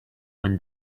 when